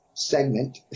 segment